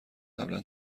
قبلا